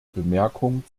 bemerkung